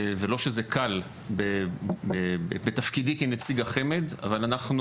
ולא שזה קל בתפקידי כנציג החמ"ד, אבל אנחנו